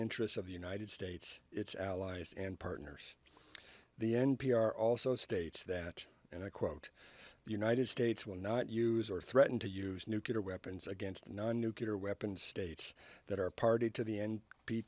interest of the united states its allies and partners the n p r also states that and i quote the united states will not use or threaten to use nuclear weapons against non nuclear weapons states that are party to the end p